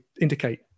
indicate